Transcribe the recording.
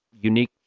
unique